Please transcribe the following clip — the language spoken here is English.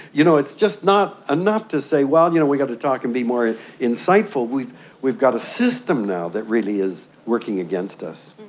you know, it's just not enough to say, well, you know we've got to talk and be more insightful, we've we've got a system now that really is working against us.